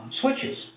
switches